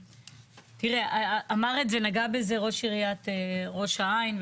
תראה, אמר את זה, נגע בזה ראש עיריית ראש העין.